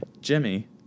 Jimmy